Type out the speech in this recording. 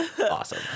awesome